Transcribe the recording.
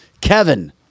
Kevin